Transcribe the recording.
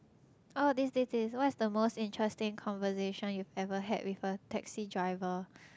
ah this this this what's the most interesting conversation you've ever had with a taxi driver